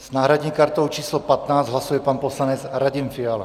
S náhradní kartou č. 15 hlasuje pan poslanec Radim Fiala.